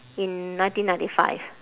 in nineteen ninety five